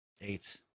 Eight